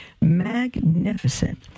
magnificent